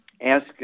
ask